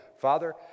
Father